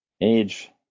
Age